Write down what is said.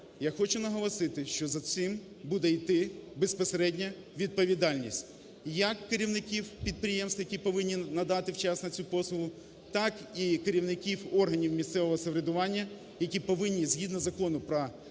я хочу наголосити, що за цим буде йти безпосередня відповідальність як керівників підприємств, які повинні надати вчасно цю послугу, так і керівників органів місцевого самоврядування, які повинні згідно Закону про…